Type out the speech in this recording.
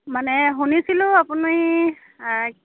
মানে শুনিছিলোঁ আপুনি